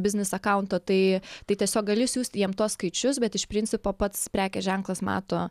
biznis akaunto tai tai tiesiog gali siųst jiem tuos skaičius bet iš principo pats prekės ženklas mato